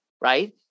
right